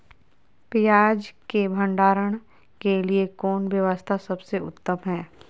पियाज़ के भंडारण के लिए कौन व्यवस्था सबसे उत्तम है?